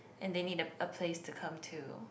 and they need a a place to come to